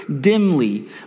dimly